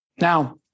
Now